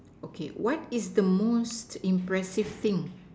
okay what is the most impressive thing